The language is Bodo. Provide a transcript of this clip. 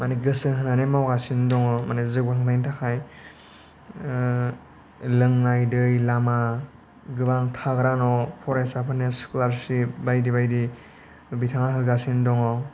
माने गोसो होनानै मावगासिनो दङ' माने जौगानायनि थाखाय लोंनाय दै लामा गोबां थाग्रा न' फरायसाफोरनो स्क'लारशिप बायदि बायदि बिथाङा होगासिनो दङ'